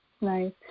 Nice